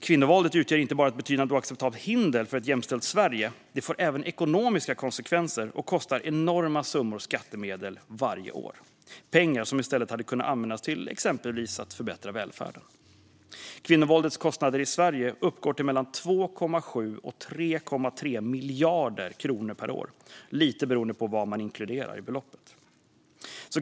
Kvinnovåldet utgör inte bara ett betydande och oacceptabelt hinder för ett jämställt Sverige, utan det får även ekonomiska konsekvenser och kostar enorma summor i skattemedel varje år. Det är pengar som i stället hade kunnat användas till att exempelvis förbättra välfärden. Kvinnovåldets kostnader i Sverige uppgår till mellan 2,7 och 3,3 miljarder kronor per år, lite beroende på vad man inkluderar.